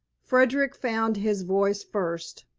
frederick found his voice first.